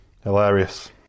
Hilarious